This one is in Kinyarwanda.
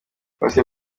pasteur